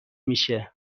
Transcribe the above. میشه